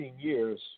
years